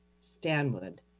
Stanwood